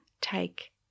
take